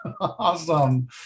Awesome